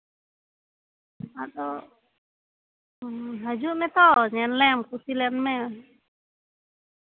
ᱟᱫᱚ ᱦᱟᱡᱩᱜ ᱢᱮᱛᱚ ᱧᱮᱞ ᱞᱮᱢ ᱠᱩᱥᱤᱞᱮᱱ ᱢᱮ